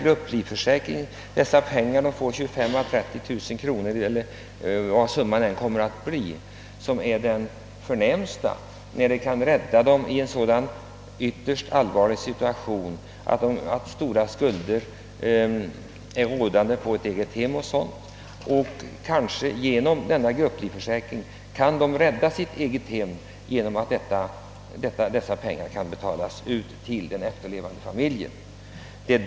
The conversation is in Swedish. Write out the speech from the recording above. Grupplivförsäkringen — dessa 25 000 å 30000 kronor som de efterlevande får — kan emellertid ge den första tillfälliga hjälpen, ty den kan rädda människor ur en verkligt allvarlig situation. Kanske återstår stora skulder på ett egnahem men kan detta räddas genom att grupplivförsäkringen betalas ut till den efterlevande familjen på en gång.